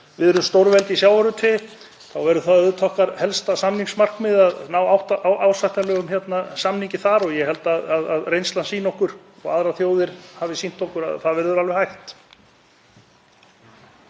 við erum stórveldi í sjávarútvegi sé það okkar helsta samningsmarkmið að ná ásættanlegum samningi þar. Ég held að reynslan sýni okkur og aðrar þjóðir hafi sýnt okkur að það verður alveg hægt.